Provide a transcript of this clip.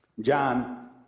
John